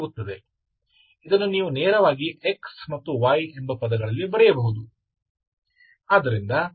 ಇದನ್ನು ನೀವು ನೇರವಾಗಿ xy ಎಂಬ ಪದಗಳಲ್ಲಿ ಬರೆಯಬಹುದು